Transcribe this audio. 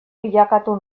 bilakatu